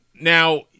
Now